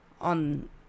on